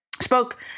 spoke